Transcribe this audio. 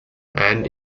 and